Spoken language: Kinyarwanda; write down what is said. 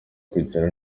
kwicara